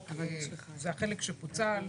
זה החלק שפוצל.